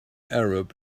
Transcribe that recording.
arab